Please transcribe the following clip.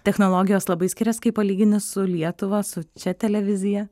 technologijos labai skirias kai palygini su lietuva su šia televizija